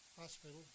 Hospital